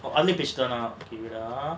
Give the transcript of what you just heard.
அதுல பேசி தானா:adhula pesi thaana